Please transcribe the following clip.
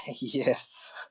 Yes